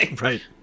right